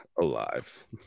alive